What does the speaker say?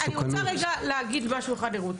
אני רוצה רגע להגיד משהו אחד לרות.